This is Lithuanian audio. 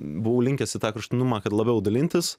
buvo linkęs į tą kraštutinumą kad labiau dalintis